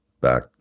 back